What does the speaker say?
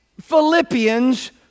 Philippians